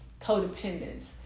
codependence